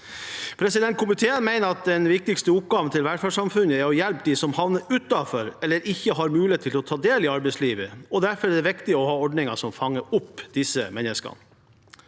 Komiteen mener at den viktigste oppgaven til velferdssamfunnet er å hjelpe dem som havner utenfor, eller ikke har mulighet til å ta del i, arbeidslivet, og derfor er det viktig å ha ordninger som fanger opp disse menneskene.